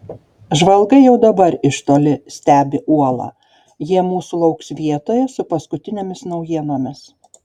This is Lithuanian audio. žvalgai jau dabar iš toli stebi uolą jie mūsų lauks vietoje su paskutinėmis naujienomis